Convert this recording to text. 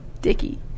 Dicky